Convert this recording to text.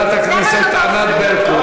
חברת הכנסת ענת ברקו.